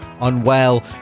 unwell